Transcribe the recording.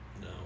No